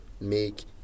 make